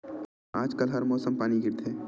का आज कल हर मौसम पानी गिरथे?